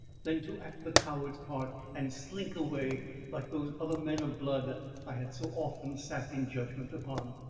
than to act the coward's part and slink away like those other men of blood i had so often sat in judgment upon.